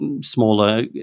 smaller